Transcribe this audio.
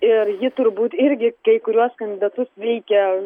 ir ji turbūt irgi kai kuriuos kandidatus veikia